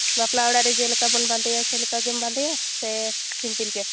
ᱵᱟᱯᱞᱟ ᱚᱲᱟᱜ ᱨᱮ ᱡᱮᱞᱮᱠᱟ ᱵᱚᱱ ᱵᱟᱸᱫᱮᱭᱟ ᱥᱮ ᱞᱮᱠᱟᱜᱮᱢ ᱵᱟᱸᱫᱮᱭᱟ ᱥᱮ ᱥᱤᱢᱯᱤᱞ ᱜᱮ